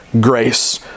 grace